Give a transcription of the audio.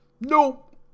Nope